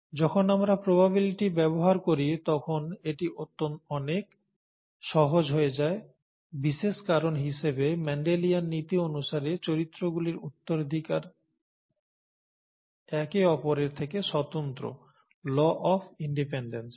যখন আমরা প্রবাবিলিটি ব্যবহার করি তখন এটি অনেক সহজ হয়ে যায় বিশেষ কারণ হিসেবে মেন্ডেলিয়ান নীতি অনুসারে চরিত্রগুলির উত্তরাধিকার একে অপরের থেকে স্বতন্ত্র 'ল অফ ইনডিপেনডেন্স'